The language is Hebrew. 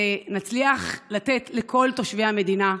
שנצליח לתת לכל תושבי המדינה ביטחון,